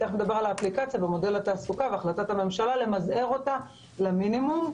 באמצעות האפליקציה ומודל התעסוקה והחלטת הממשלה למזער אותה למינימום.